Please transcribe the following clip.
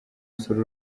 usure